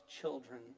children